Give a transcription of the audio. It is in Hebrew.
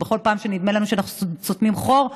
בכל פעם שנדמה לנו שאנחנו סותמים חור,